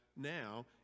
now